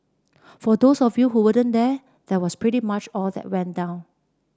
for those of you who wouldn't there that was pretty much all that went down